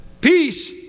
Peace